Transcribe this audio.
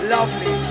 Lovely